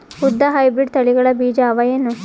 ಉದ್ದ ಹೈಬ್ರಿಡ್ ತಳಿಗಳ ಬೀಜ ಅವ ಏನು?